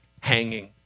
hanging